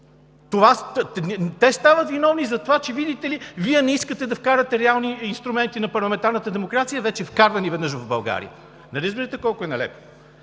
Те стават виновни за това, че, видите ли, Вие не искате да вкарате реални инструменти на парламентарната демокрация, вече вкарвани веднъж в България. Нали разбирате колко е нелепо?